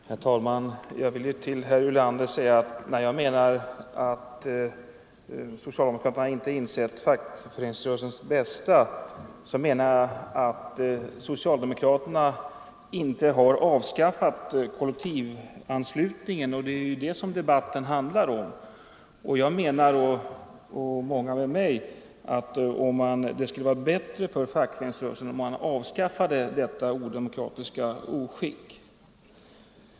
Herr talman! Jag vill till herr Ulander säga att när jag talar om att socialdemokraterna inte insett fackföreningsrörelsens bästa, menar jag att de inte avskaffat kollektivanslutningen, vilket debatten handlar om. Jag och många med mig menar att det skulle vara bättre för fackföreningsrörelsen att avskaffa detta odemokratiska oskick.